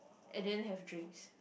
and then have drinks